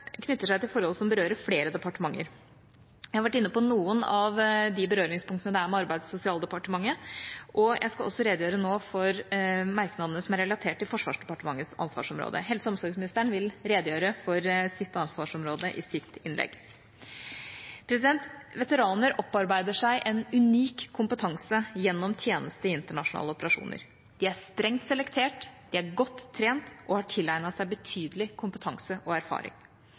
knytter seg til forhold som berører flere departementer. Jeg har vært inne på noen av berøringspunktene med Arbeids- og sosialdepartementet, og jeg skal nå redegjøre for merknadene som er relatert til Forsvarsdepartementets ansvarsområde. Helse- og omsorgsministeren vil redegjøre for sitt ansvarsområde i sitt innlegg. Veteraner opparbeider seg en unik kompetanse gjennom tjeneste i internasjonale operasjoner. De er strengt selektert, de er godt trent og har tilegnet seg betydelig kompetanse og erfaring.